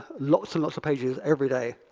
lots and lots of pages every day.